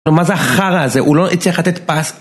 מה זה החרא הזה? הוא לא הצליח לתת פס